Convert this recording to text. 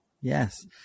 Yes